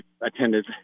attended